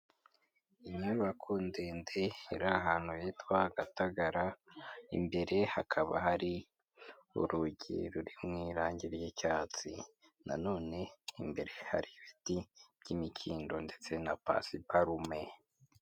Inyubako ndende iri ahantu hitwa Gatagara, imbere hakaba hari urugi ruri mu irangi ry'icyatsi, na none imbere hari ibiti by'imikindo ndetse na pasiparume.